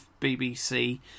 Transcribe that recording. BBC